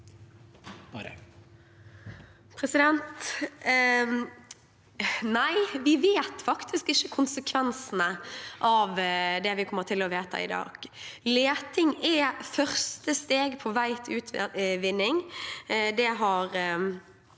Nei, vi vet faktisk ikke konsekvensene av det vi kommer til å vedta i dag. Leting er første steg på vei til utvinning.